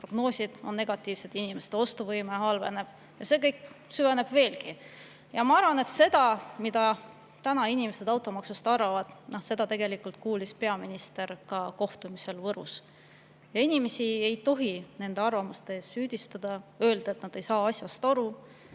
prognoosid on negatiivsed, inimeste ostuvõime halveneb ja see kõik süveneb veelgi. Ma arvan, et seda, mida inimesed automaksust arvavad, kuulis peaminister ka kohtumisel Võrus. Ja inimesi ei tohi nende arvamuste eest süüdistada, öelda, et nad ei saa asjast aru.